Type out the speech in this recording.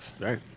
Right